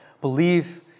believe